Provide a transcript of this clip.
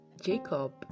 Jacob